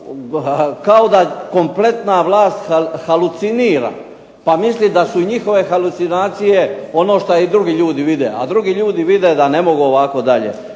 kao da kompletna vlast halucinira. Pa misli da su njihove halucinacije ono što i drugi ljudi vide. A drugi ljudi vide da ne mogu ovako dalje.